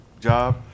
job